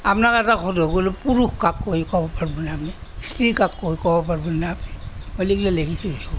আপোনাক এটা সোধোঁ বোলো পুৰুষ কাক কয় ক'ব পাৰিবনে আপুনি স্ত্ৰী কাক কয় ক'ব পাৰিবনে আপুনি